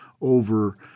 over